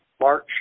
March